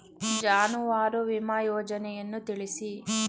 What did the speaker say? ಜಾನುವಾರು ವಿಮಾ ಯೋಜನೆಯನ್ನು ತಿಳಿಸಿ?